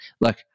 Look